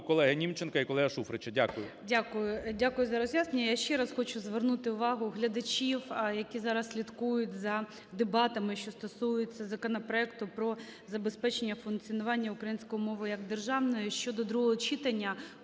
колеги Німченка і колеги Шуфрича. Дякую. ГОЛОВУЮЧИЙ. Дякую. Дякую за роз'яснення. Я ще раз хочу звернути увагу глядачів, які зараз слідкують за дебатами, що стосуються законопроекту про забезпечення функціонування української мови як державної, що до другого читання